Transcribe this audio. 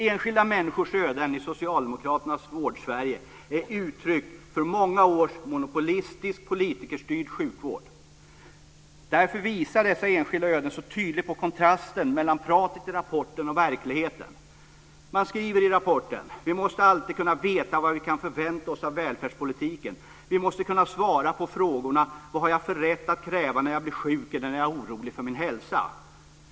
Enskilda människors öden i socialdemokraternas Vårdsverige är uttryck för många års monopolistiskt politikerstyrd sjukvård. Därför visar dessa enskilda öden så tydligt på kontrasten mellan pratet i rapporten och verkligheten. Man skriver i rapporten: "Vi måste alltid kunna veta vad vi kan förvänta oss av välfärdspolitiken. Vi måste kunna svara på följande fråga: Vad har jag för rätt att kräva när jag blir sjuk eller när jag är orolig för min hälsa?"